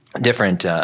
different